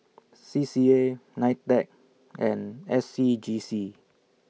C C A NITEC and S C G C